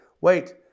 Wait